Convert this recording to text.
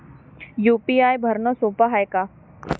UPI भरनं सोप हाय का?